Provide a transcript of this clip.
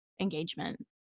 engagement